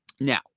Now